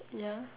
ya